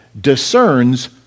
discerns